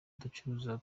ducuruza